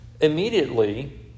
immediately